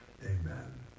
Amen